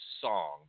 song